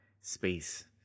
space